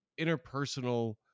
interpersonal